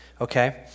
okay